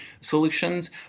solutions